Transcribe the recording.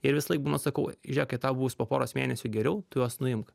ir visąlaik būna sakau žiūrėk kai tau bus po poros mėnesių geriau tu juos nuimk